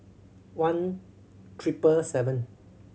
one triple seven